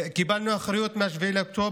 קיבלנו אחריות על האוכלוסייה שלנו מ-7 באוקטובר.